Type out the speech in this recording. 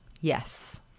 Yes